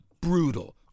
brutal